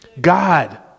God